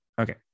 Okay